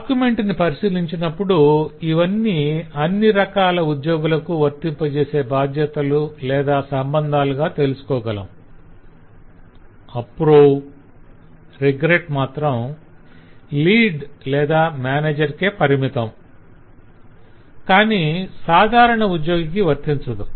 document ను పరిశీలించినప్పుడు ఇవన్నీ అన్ని రకాల ఉద్యోగులకు వర్తింపజేసే బాధ్యతలు లేదా సంబంధాలుగా తెలుసుకోగలం 'approve' 'regret' మాత్రం లీడ్ లేదా మేనేజర్ కే పరిమితం కానీ సాధారణ ఉద్యోగికి వర్తించదు